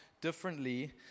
differently